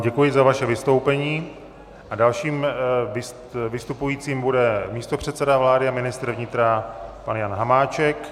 Děkuji za vaše vystoupení a dalším vystupujícím bude místopředseda vlády a ministr vnitra pan Jan Hamáček.